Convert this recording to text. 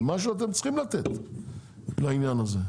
אבל משהו אתם צריכים לתת לעניין הזה.